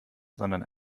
sondern